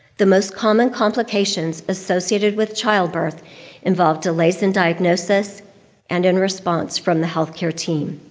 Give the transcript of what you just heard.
the most common complications associated with childbirth involve delays in diagnosis and in response from the healthcare team.